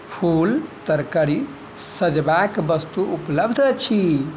फूल तरकारी सजयबाक वस्तु उपलब्ध अछि